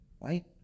right